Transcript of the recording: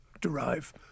derive